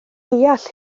deall